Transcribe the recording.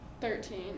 Thirteen